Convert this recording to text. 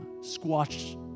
squashed